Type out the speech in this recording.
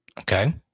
Okay